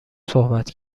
صحبت